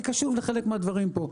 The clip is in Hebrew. אני קשוב לחלק מהדברים שנאמרים פה,